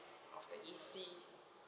of the E_C